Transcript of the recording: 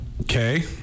Okay